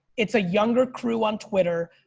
it's a younger crew on twitter.